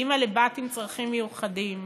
אימא לבת עם צרכים מיוחדים.